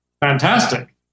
fantastic